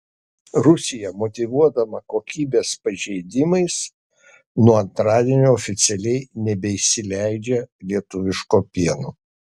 rusija motyvuodama kokybės pažeidimais nuo antradienio oficialiai nebeįsileidžia lietuviško pieno